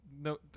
no